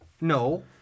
No